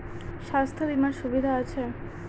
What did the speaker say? স্বাস্থ্য বিমার সুবিধা আছে?